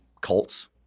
cults